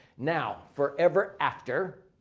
now forever after,